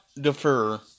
defer